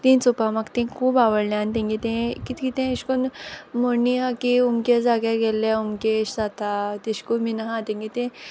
तीं चोवपा म्हाक तींग खूब आवोडलें आनी तेंगे तें कित कितें अश कोन्न म्हुण्णी हा की उमके जाग्यार गेल्यार उमकें अेश जाता तेशकों बीन आहा तेंगे तें